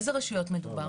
באיזה רשויות מדובר?